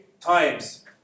times